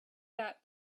that